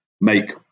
make